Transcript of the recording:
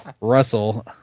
Russell